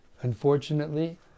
Unfortunately